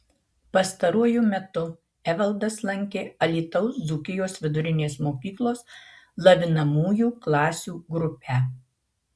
pastaruoju metu evaldas lankė alytaus dzūkijos vidurinės mokyklos lavinamųjų klasių grupę